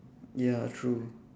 ya true